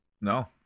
No